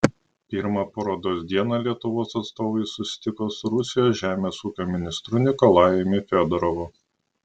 pirmą parodos dieną lietuvos atstovai susitiko su rusijos žemės ūkio ministru nikolajumi fiodorovu